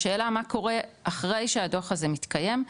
השאלה מה קורה אחרי שהדוח הזה מתקיים,